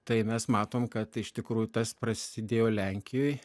tai mes matom kad iš tikrųjų tas prasidėjo lenkijoj